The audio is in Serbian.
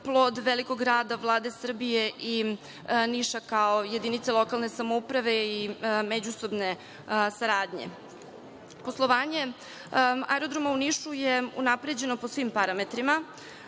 plod velikog rada Vlade Srbije i Niša kao jedinice lokalne samouprave i međusobne saradnje. Poslovanje aerodroma u Nišu je unapređeno po svim parametrima.